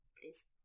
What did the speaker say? Please